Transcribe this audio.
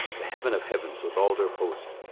the heaven of heavens, with all their host,